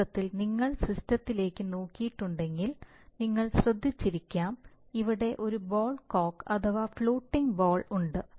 യഥാർത്ഥത്തിൽ നിങ്ങൾ സിസ്റ്റത്തിലേക്ക് നോക്കിയിട്ടുണ്ടെങ്കിൽ നിങ്ങൾ ശ്രദ്ധിച്ചിരിക്കാം അവിടെ ഒരു ബോൾ കോക്ക് അഥവാ ഫ്ലോട്ടിംഗ് ബോൾ ഉണ്ട്